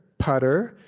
putter,